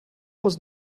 was